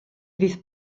fydd